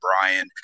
Brian